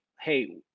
Hey